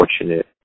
fortunate